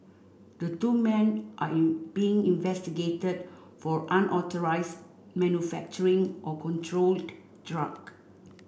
the two men are you being investigated for unauthorised manufacturing of controlled drug